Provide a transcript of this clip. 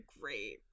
great